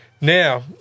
Now